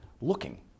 looking